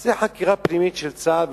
זאת חקירה פנימית של צה"ל,